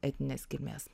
etninės kilmės